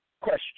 Question